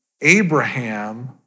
Abraham